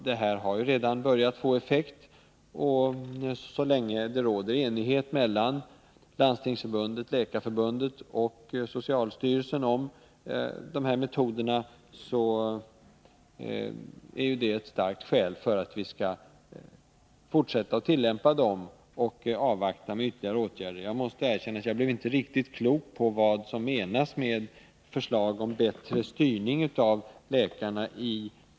Det har redan börjat få effekt, och så länge det råder enighet mellan Landstingsförbundet, Läkarförbundet och socialstyrelsen om dessa metoder är det ett starkt skäl för att vi skall fortsätta att tillämpa dem, och vänta med ytterligare åtgärder. Jag måste erkänna att jag inte blev riktigt klok på vad som i vpk-motionen menas med förslag om bättre styrning av läkarna.